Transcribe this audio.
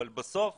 אבל בסוף